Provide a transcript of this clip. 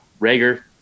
Rager